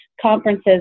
conferences